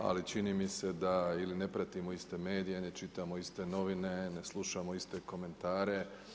Ali čini mi se da ili ne pratimo iste medije, ne čitamo iste novine, ne slušamo iste komentare.